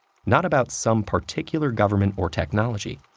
not about some particular government or technology,